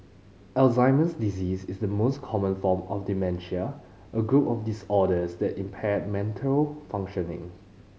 Alzheimer's disease is the most common form of dementia a group of disorders that impair mental functioning